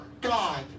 God